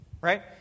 Right